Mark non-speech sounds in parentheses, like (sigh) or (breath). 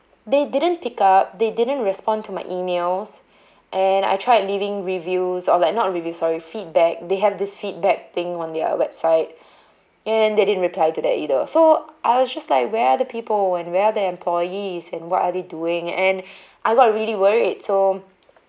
they didn't pick up they didn't respond to my emails and I tried leaving reviews or like not review sorry feedback they have this feedback thing on their website (breath) and they didn't replied to that either so I was just like where are the people and where are their employees and what are they doing and I got really worried so